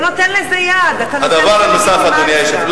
אתה נותן לזה יד, אתה נותן לזה לגיטימציה.